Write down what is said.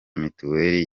mituweli